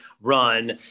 run